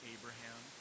Abraham